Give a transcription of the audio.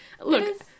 look-